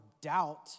doubt